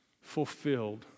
fulfilled